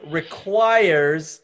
requires